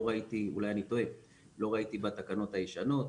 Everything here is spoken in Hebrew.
אולי אני טועה, לא ראיתי בתקנות הישנות.